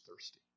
thirsty